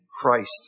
Christ